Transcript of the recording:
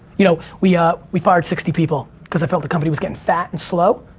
you know, we ah we fired sixty people, because i felt the company was gettin' fat and slow.